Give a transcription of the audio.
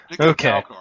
Okay